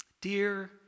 dear